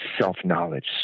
self-knowledge